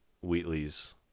Wheatley's